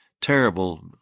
terrible